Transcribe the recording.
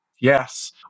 Yes